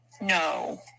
No